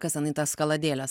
kas ten į tas kaladėles